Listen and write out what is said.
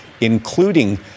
including